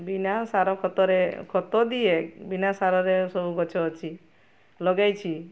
ବିନା ସାର ଖତରେ ଖତ ଦିଏ ବିନା ସାରରେ ସବୁ ଗଛ ଅଛି ଲଗେଇଛି